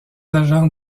agents